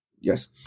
Yes